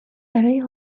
برای